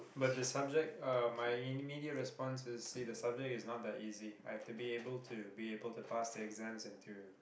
but the subject uh my immediate response is see the subject is not that easy I have to be able to be able to pass the exams and to